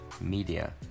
media